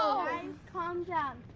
calm down.